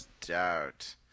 doubt